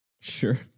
Sure